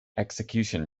execution